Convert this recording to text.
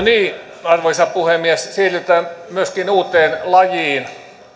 niin arvoisa puhemies siirrytään myöskin uuteen lajiin